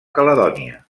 caledònia